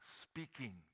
Speaking